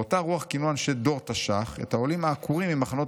באותה רוח כינו אנשי דור תש"ח את העולים העקורים ממחנות